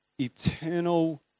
eternal